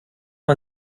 man